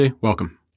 welcome